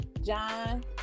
John